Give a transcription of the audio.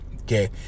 Okay